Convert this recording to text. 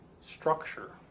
structure